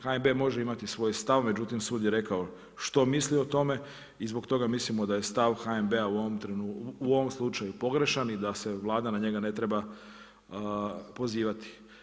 HNB može imati svoj stav, međutim sud je rekao što misli o tome i zbog toga mislimo da je stav HNB-a u ovom slučaju pogrešan i da se Vlada na njega ne treba pozivati.